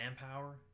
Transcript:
manpower